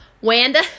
Wanda